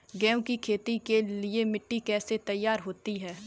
गेहूँ की खेती के लिए मिट्टी कैसे तैयार होती है?